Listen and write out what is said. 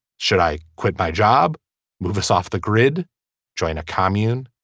should i quit my job move us off the grid join a commune.